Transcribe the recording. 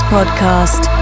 Podcast